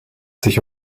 sich